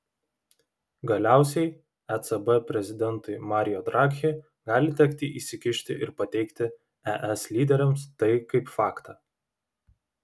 galiausiai ecb prezidentui mario draghi gali tekti įsikišti ir pateikti es lyderiams tai kaip faktą